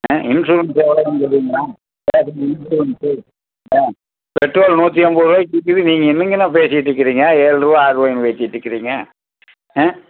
ஆ insurance எவ்வளோ வந்துதுங்கண்ணா insurance ஆ petrol நூற்றி ஐம்பதுரூவாய்க்கி விற்கிது நீங்கள் என்னங்கண்ணா பேசிட்டிருக்குறீங்க ஏழுரூவாய் ஆறுரூவாய்ன்னு பேசிட்டிருக்குறீங்க ஆ